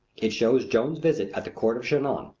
it shows joan's visit at the court of chinon.